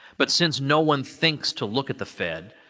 but, since no one thinks to look at the fed,